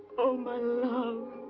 oh, my love!